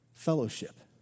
fellowship